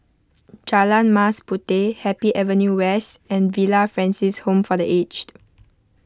Jalan Mas Puteh Happy Avenue West and Villa Francis Home for the Aged